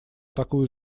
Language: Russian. такую